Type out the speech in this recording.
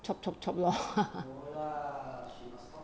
chop chop chop lor